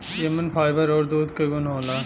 एमन फाइबर आउर दूध क गुन होला